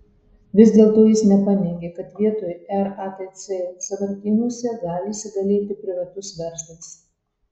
vis dėlto jis nepaneigė kad vietoj ratc sąvartynuose gali įsigalėti privatus verslas